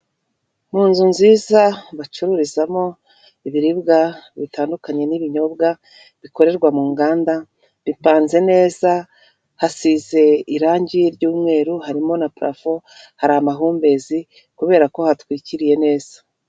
Mu nzu nziza bacururizamo ibiribwa bitandukanye n'ibinyobwa bikorerwa mu nganda bipanze neza hasize irangi ry'umweru harimo na purafo hari amahumbezi kubera ko hatwikiriye neza.